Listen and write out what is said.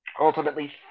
Ultimately